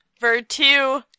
Virtue